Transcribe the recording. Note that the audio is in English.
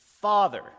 father